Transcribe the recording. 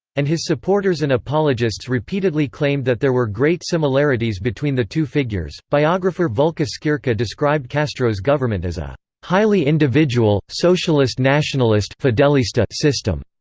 and his supporters and apologists repeatedly claimed that there were great similarities between the two figures biographer volka skierka described castro's government as a highly individual, socialist-nationalist fidelista system,